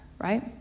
right